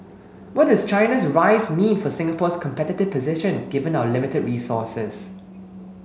what does China's rise mean for Singapore's competitive position given our limited resources